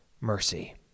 mercy